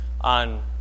on